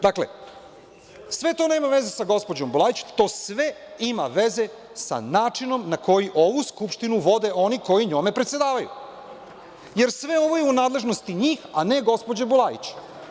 Dakle, sve to nema veze sa gospođom Bulajić, to sve ima veze sa načinom na koji ovu Skupštinu vode oni koji njome predsedavaju, jer sve ovo je u nadležnosti njih, a ne gospođe Bulajić.